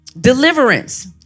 Deliverance